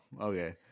okay